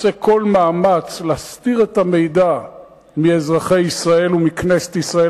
עושה כל מאמץ להסתיר את המידע מאזרחי ישראל ומכנסת ישראל.